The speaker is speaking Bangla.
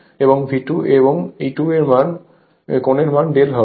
এবং V2 এবং E2 এর মধ্যে কোণের মান ∂ হবে